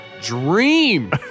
dream